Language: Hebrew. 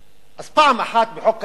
אז פעם אחת בחוק ההסדרים